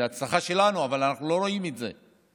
זאת הצלחה שלנו, אבל אנחנו לא רואים את זה.